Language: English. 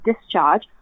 discharge